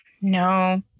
No